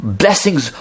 blessings